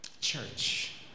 church